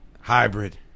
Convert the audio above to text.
Hybrid